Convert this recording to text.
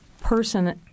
person